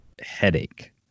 headache